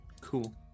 Cool